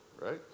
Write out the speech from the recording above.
right